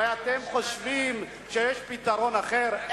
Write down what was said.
אתם חושבים שיש פתרון אחר?